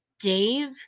Dave